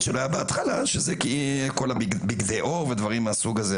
שלו היה בהתחלה שזה כי כל הבגדי עור ודברים מהסוג הזה,